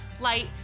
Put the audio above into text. light